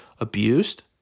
abused